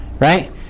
right